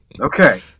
okay